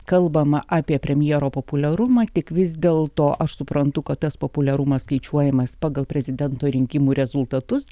kalbama apie premjero populiarumą tik vis dėl to aš suprantu kad tas populiarumas skaičiuojamas pagal prezidento rinkimų rezultatus